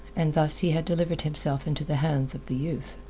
and thus he had delivered himself into the hands of the youth.